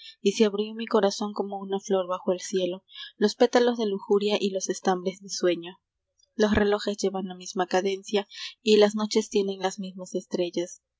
se abrió mi corazón como una flor bajo el cielo los pétalos de lujuria y los estambres de sueño los relojes llevan la misma cadencia y las noches tienen las mismas estrellas